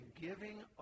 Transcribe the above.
giving